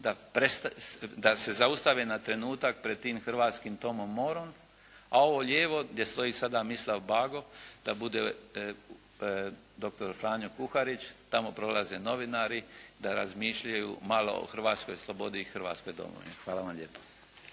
da se zaustave na trenutak pred tim hrvatskim Tomom Moorom. A ovo lijevo gdje stoji sada Mislav Bago da bude doktor Franjo Kuharić, tamo prolaze novinari, da razmišljaju malo o hrvatskoj slobodi i hrvatskoj domovini. Hvala vam lijepo.